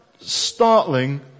startling